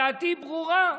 ודעתי ברורה.